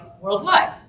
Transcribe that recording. worldwide